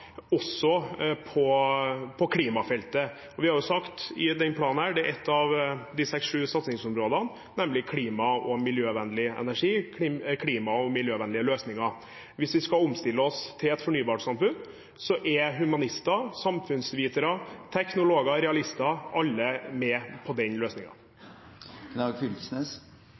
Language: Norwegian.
også på klimafeltet. Vi har sagt i denne planen at et av de seks–sju satsingsområdene er klima- og miljøvennlig energi, klima- og miljøvennlige løsninger. Hvis vi skal omstille oss til et fornybart samfunn, er alle humanister, samfunnsvitere, teknologer og realister med på den